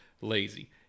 lazy